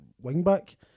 wing-back